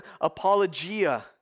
apologia